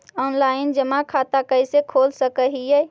Online जमा खाता कैसे खोल सक हिय?